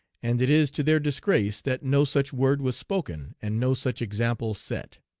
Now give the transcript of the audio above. and it is to their disgrace that no such word was spoken and no such example set.